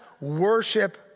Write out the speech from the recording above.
worship